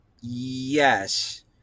Yes